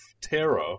Terra